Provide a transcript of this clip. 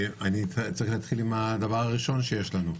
צריך להתחיל עם הדבר הראשון שיש לנו.